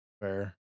fair